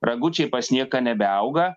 ragučiai pas nieką nebeauga